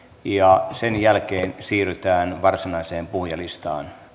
ja sen jälkeen siirrytään varsinaiseen puhujalistaan